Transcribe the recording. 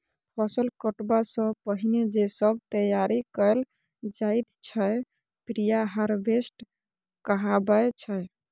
फसल कटबा सँ पहिने जे सब तैयारी कएल जाइत छै प्रिहारवेस्ट कहाबै छै